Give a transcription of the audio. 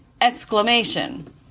Exclamation